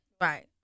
Right